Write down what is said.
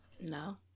No